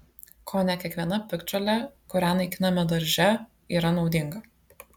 kone kiekviena piktžolė kurią naikiname darže yra naudinga